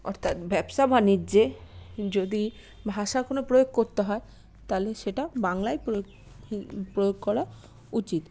অর্থাৎ ব্যবসা বাণিজ্যে যদি ভাষা কোনো প্রয়োগ করতে হয় তাহলে সেটা বাংলায় প্রয়োগ করা উচিত